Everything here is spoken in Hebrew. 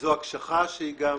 זו הקשחה שהיא גם